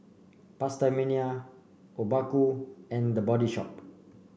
PastaMania Obaku and The Body Shop